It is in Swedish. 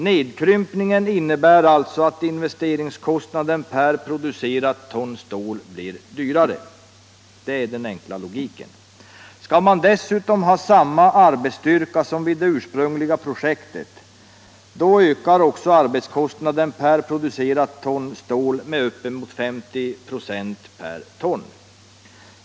Nedkrympningen innebär alltså att investeringskostnaden per producerat ton stål blir dyrare — det är den enkla logiken. Skall man dessutom ha samma arbetsstyrka som vid det ursprungliga projektet, ökar också arbetskostnaden per producerat ton stål med uppemot 50 96.